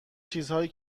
چیزهایی